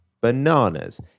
bananas